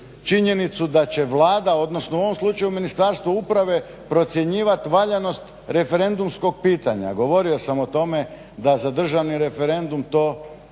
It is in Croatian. činjenicu da će Vlada u ovom slučaju Ministarstvo upravo procjenjivat valjanost referendumskog pitanja. Govorio sam o tome da za državni referendum to